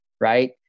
Right